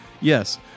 Yes